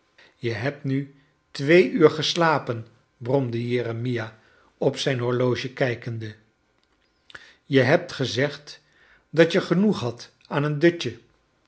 je hebt nu twee uur geslapen bromde jeremia op zijn horloge kijkende je hebt gezegd dat je genoeg hadt aan een dutje